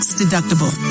deductible